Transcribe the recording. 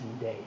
day